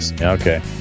okay